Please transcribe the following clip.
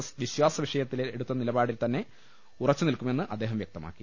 S വിശ്വാസവിഷയത്തിലെടുത്ത നിലപാടിൽത്തന്നെ ഉറച്ചുനിൽക്കുമെന്ന് അദ്ദേഹം വ്യക്തമാക്കി